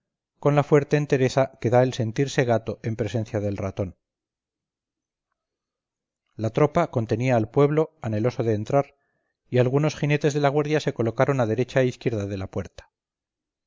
con la fuerte entereza que da el sentirse gato en presencia del ratón la tropa contenía al pueblo anheloso de entrar y algunos jinetes de la guardia se colocaron a derecha e izquierda de la puerta